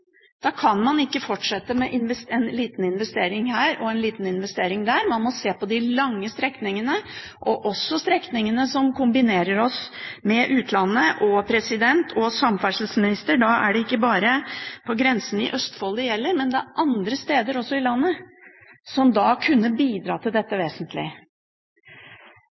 Da kan man ikke fortsette med en liten investering her og en liten investering der; man må se på de lange strekningene, også strekningene som kombinerer oss med utlandet. Og til samferdselsministeren vil jeg si at det er ikke bare på grensen i Østfold det gjelder. Også andre steder i landet vil man kunne bidra vesentlig til dette.